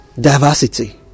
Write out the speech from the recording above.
diversity